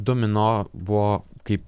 domino buvo kaip